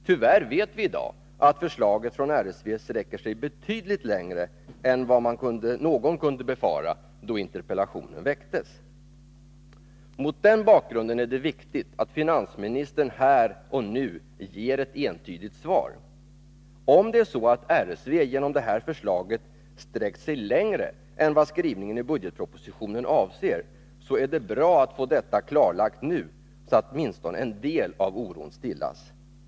Tyvärr vet vi i dag att förslaget från RSV sträcker sig betydligt längre än vad någon kunde befara då interpellationen väcktes. Mot den bakgrunden är det viktigt att finansministern här och nu ger ett entydigt svar. Om det är så att RSV genom det här förslaget sträckt sig längre än vad skrivningen i budgetpropositionen avser, så är det bra att få detta klarlagt nu, så att åtminstone en del av oron kan stillas.